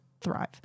thrive